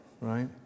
right